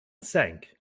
sank